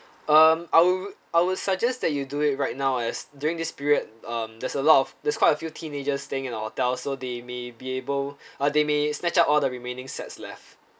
um I'll I will suggest that you do it right now as during this period um there's a lot of there's quite a few teenagers staying in our hotel so they may be able uh they may snatch up all the remaining sets left